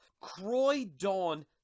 Croydon